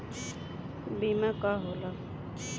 बीमा का होला?